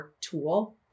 tool